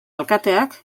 alkateak